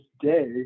day